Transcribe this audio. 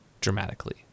dramatically